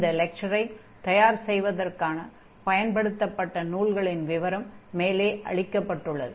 இந்த லெக்சரை தயார் செய்வதற்காகப் பயன்படுத்தப்பட்ட நூல்களின் விவரம் மேலே அளிக்கப்பட்டுள்ளது